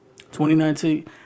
2019